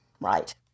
Right